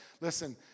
Listen